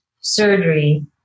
surgery